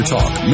Talk